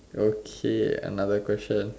okay another question